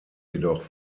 jedoch